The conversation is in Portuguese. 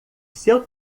seu